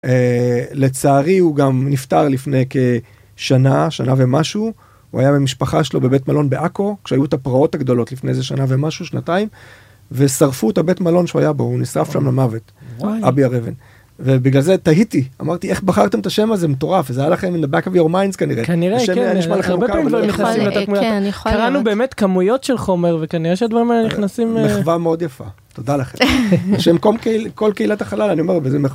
לצערי הוא גם נפטר לפני כשנה, שנה ומשהו. הוא היה עם המשפחה שלו בבית מלון בעכו, כשהיו את הפרעות הגדולות לפני איזה שנה ומשהו, שנתיים. ושרפו את הבית מלון שהיה בו הוא נשרף שם למוות, אבי הר אבן, ובגלל זה תהיתי, אמרתי איך בחרתם את השם הזה מטורף זה היה לכם in the back of your minds כנראה. -כנראה כן, -השם היה נראה לך מוכר.. -הרבה פעמים דברים נכנסים לתת מודע. -נכון, כן, יכול להיות. -קראנו באמת כמויות של חומר וכנראה שהדברים האלה נכנסים אה.. -מחווה מאוד יפה. תודה לכם בשם כל כל קהילת החלל אני אומר וזה..